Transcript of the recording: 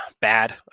bad